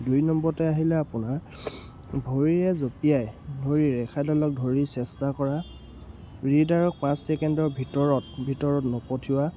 দুই নম্বৰতে আহিলে আপোনাৰ ভৰিৰে জঁপিয়াই ভৰিৰ ৰেকাডালক ধৰি চেষ্টা কৰা ৰিডাৰক পাঁচ ছেকেণ্ডৰ ভিতৰত ভিতৰত নপঠিওৱা